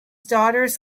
daughters